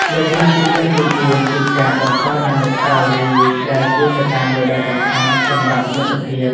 លក្ខណៈពិសេសទីបួនគឺការបង្កើតអនុស្សាវរីយ៍ដែលជាកត្តាមួយដ៏សំខាន់សម្រាប់មិត្តភាព។